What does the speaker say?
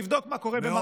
תבדוק מה קורה במרגליות.